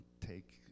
take